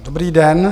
Dobrý den.